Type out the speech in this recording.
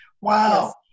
wow